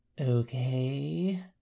Okay